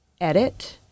edit